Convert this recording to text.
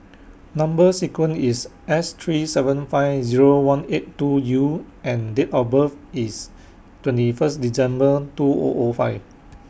Number sequence IS S three seven five Zero one eight two U and Date of birth IS twenty First December two O O five